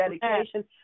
dedication